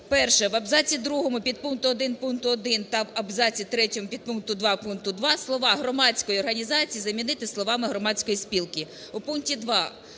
Перше. В абзаці другому підпункту 1 пункту 1 та в абзаці третьому підпункту 2 пункту 2 слова "громадської організації" замінити словами "громадської спілки". У пункті 2